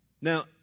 Now